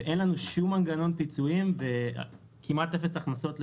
אין לנו שום מנגנון פיצויים וכמעט אפס הכנסות לכולנו.